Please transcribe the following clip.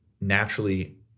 naturally